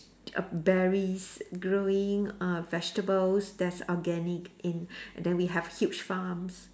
err berries growing uh vegetables that's organic in then we have huge farms